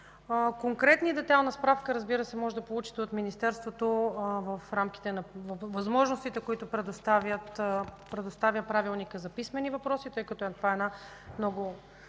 Конкретна детайлна справка можете да получите от Министерството в рамките на възможностите, които предоставя Правилникът за писмени въпроси, тъй като информацията